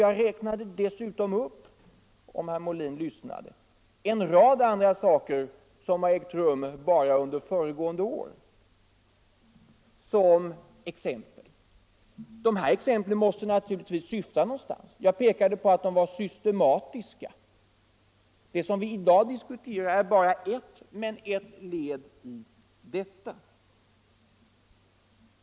Jag räknade dessutom upp R som herr Molin Fe Tisdagen den om han lyssnade — en rad exempel på sådana här saker som genomförts 29 april 1975 bara under föregående år. Dessa exempel måste naturligtvis syfta någonstans. Jag pekade på att de var systematiska. Det som vi i dag dis Granskning av kuterar är bara ett led i detta.